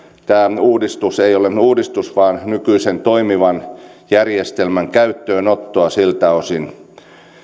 tämä uudistus ei ole uudistus vaan nykyisen toimivan järjestel män käyttöönottoa siltä osin